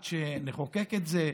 ועד שנחוקק את זה,